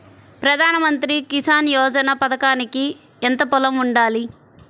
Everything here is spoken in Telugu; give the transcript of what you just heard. ప్రధాన మంత్రి కిసాన్ యోజన పథకానికి ఎంత పొలం ఉండాలి?